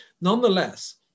Nonetheless